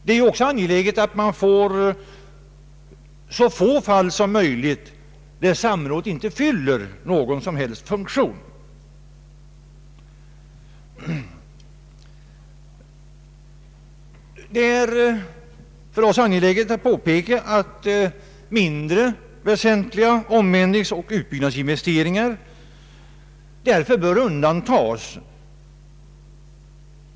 Det är också angeläget att man får så få fall som möjligt där samrådet inte fyller någon som helst funktion. Vi finner det därför angeläget att påpeka, att mindre väsentliga ändringsoch utbyggnadsinvesteringar bör undantas.